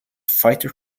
fighter